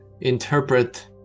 interpret